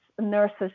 nurses